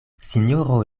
sinjoro